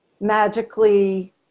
magically